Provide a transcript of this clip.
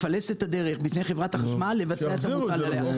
לפלס את הדרך לחברת החשמל לבצע את המוטל עליה.